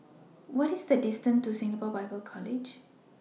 What IS The distance to Singapore Bible College